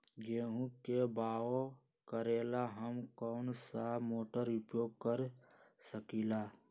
गेंहू के बाओ करेला हम कौन सा मोटर उपयोग कर सकींले?